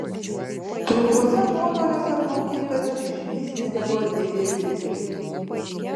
trumpuose nuotoliuose plaukikas išvystydavo didelį greitį